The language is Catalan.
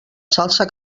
salsa